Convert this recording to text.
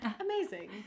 Amazing